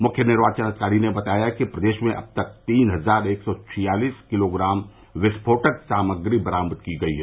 मुख्य निर्वाचन अधिकारी ने बताया कि प्रदेश में अब तक तीन हजार एक सौ छियालीस किलोग्राम विस्फोटक सामग्री बरामद की गयी है